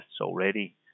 already